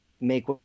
make